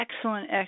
excellent